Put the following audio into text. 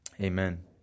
amen